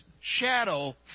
shadow